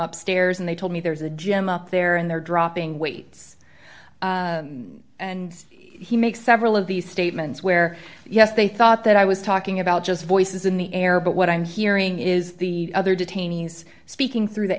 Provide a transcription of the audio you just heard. upstairs and they told me there's a gym up there and they're dropping weights and he makes several of these statements where yes they thought that i was talking about just voices in the air but what i'm hearing is the other detainees speaking through the